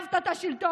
גנבת את השלטון,